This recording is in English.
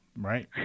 Right